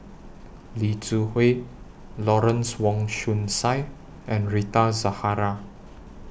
Lee Zu Hui Lawrence Wong Shyun Tsai and Rita Zahara